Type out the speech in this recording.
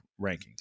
rankings